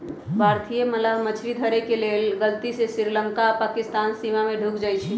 भारतीय मलाह मछरी धरे के लेल गलती से श्रीलंका आऽ पाकिस्तानके सीमा में ढुक जाइ छइ